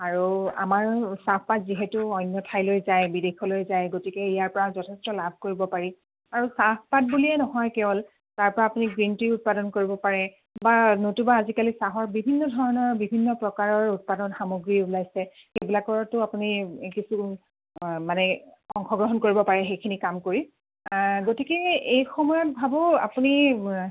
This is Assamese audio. আৰু আমাৰ চাহপাত যিহেতু অন্য ঠাইলৈ যায় বিদেশলৈ যায় গতিকে ইয়াৰপৰা যথেষ্ট লাভ কৰিব পাৰি আৰু চাহপাত বুলিয়েই নহয় কেৱল তাৰপৰা আপুনি গ্ৰীন টিও উৎপাদন কৰিব পাৰে বা নতুবা আজিকালি চাহৰ বিভিন্ন ধৰণৰ বিভিন্ন প্ৰকাৰৰ উৎপাদন সামগ্ৰী ওলাইছে সেইবিলাকতো আপুনি কিছু মানে অংশগ্ৰহণ কৰিব পাৰে সেইখিনি কাম কৰি গতিকে এই সময়ত ভাবো আপুনি